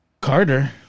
Carter